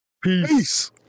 Peace